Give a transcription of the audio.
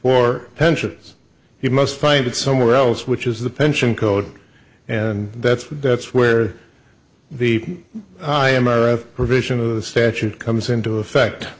for pensions you must find it somewhere else which is the pension code and that's that's where the i m f provision of the statute comes into effect